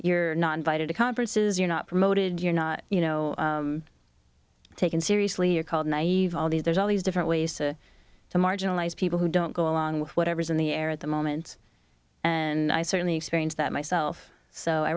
you're not invited to conferences you're not promoted you're not you know taken seriously you're called naive all these there's all these different ways to marginalize people who don't go along with whatever's in the air at the moment and i certainly experienced that myself so i